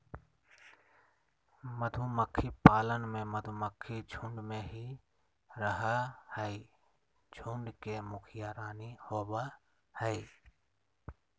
मधुमक्खी पालन में मधुमक्खी झुंड में ही रहअ हई, झुंड के मुखिया रानी होवअ हई